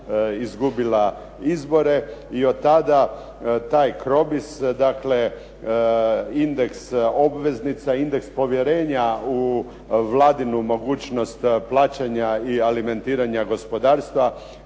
izgubila izbore i od tada taj CROBIS, dakle indeks obveznica, indeks povjerenja u Vladinu mogućnost plaćanja i alimentiranja gospodarstva